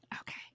Okay